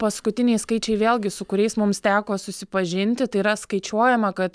paskutiniai skaičiai vėlgi su kuriais mums teko susipažinti tai yra skaičiuojama kad